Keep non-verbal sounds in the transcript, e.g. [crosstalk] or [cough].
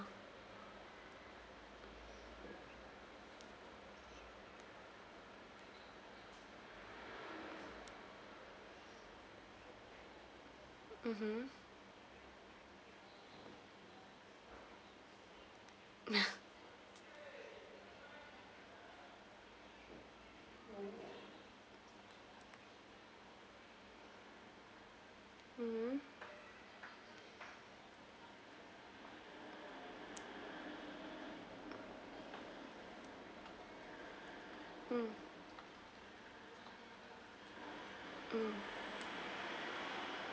mmhmm [laughs] mmhmm mm mm